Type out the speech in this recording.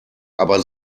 aber